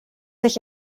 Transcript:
sich